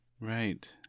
Right